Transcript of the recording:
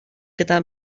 gyda